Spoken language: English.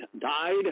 died